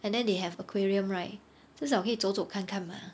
and then they have aquarium right 至少可以走走看看 mah